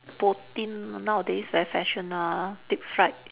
protein nowadays very fashion ah deep fried